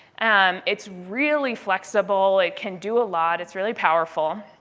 um it's really flexible. it can do a lot. it's really powerful,